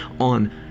on